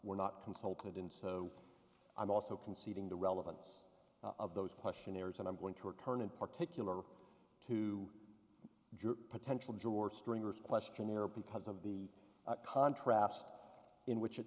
were not consulted and so i'm also conceding the relevance of those questionnaires and i'm going to return in particular to the potential george stringer's questionnaire because of the contrast in which